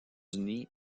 unis